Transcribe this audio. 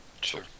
Sure